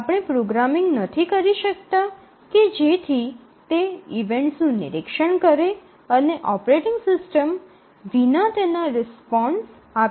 આપણે પ્રોગ્રામિંગ નથી કરી શકતા કે જેથી તે ઇવેન્ટનું નિરીક્ષણ કરે અને ઓપરેટિંગ સિસ્ટમ વિના તેના રિસપોન્ડસ આપે